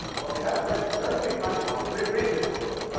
well, if you haven't read read read moneyball, but read read this book.